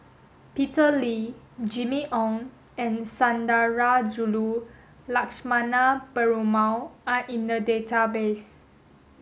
Peter Lee Jimmy Ong and Sundarajulu Lakshmana Perumal are in the database